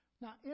Now